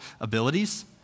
abilities